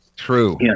True